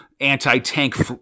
anti-tank